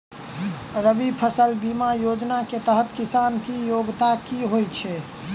रबी फसल बीमा योजना केँ तहत किसान की योग्यता की होइ छै?